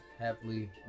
Happily